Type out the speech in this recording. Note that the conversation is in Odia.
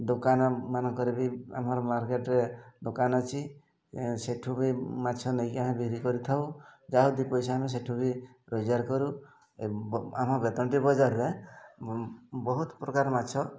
ଦୋକାନମାନଙ୍କରେ ବି ଆମର ମାର୍କେଟ୍ରେ ଦୋକାନ ଅଛି ସେଇଠୁ ବି ମାଛ ନେଇକି ଆମେ ବିକ୍ରି କରିଥାଉ ଯାହା ଦି ପଇସା ଆମେ ସେଠୁ ବି ରୋଜଗାର କରୁ ଆମ ବେତଣ୍ଟି ବଜାରରେ ବହୁତ ପ୍ରକାର ମାଛ